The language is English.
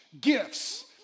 gifts